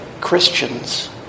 Christians